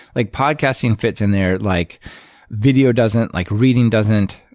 like podcasting fits in there. like video doesn't, like reading doesn't.